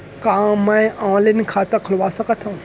का मैं ऑनलाइन खाता खोलवा सकथव?